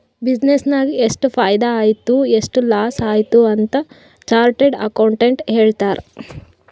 business ನಾಗ್ ಎಷ್ಟ ಫೈದಾ ಆಯ್ತು ಎಷ್ಟ ಲಾಸ್ ಆಯ್ತು ಅಂತ್ ಚಾರ್ಟರ್ಡ್ ಅಕೌಂಟೆಂಟ್ ಹೇಳ್ತಾರ್